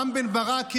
רם בן ברק,